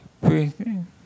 breathing